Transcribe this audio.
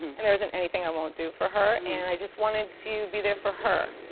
and there isn't anything i won't do for her, and i just wanted to be there for her.